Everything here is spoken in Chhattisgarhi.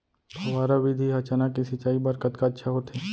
फव्वारा विधि ह चना के सिंचाई बर कतका अच्छा होथे?